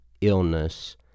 Illness